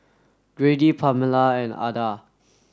Grady Pamella and Adah